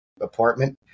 apartment